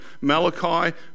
Malachi